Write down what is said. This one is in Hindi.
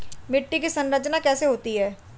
मिट्टी की संरचना कैसे होती है?